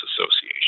Association